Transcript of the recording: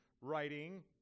writing